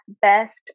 best